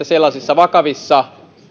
sellaisissa vakavissa